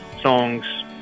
songs